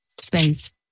Space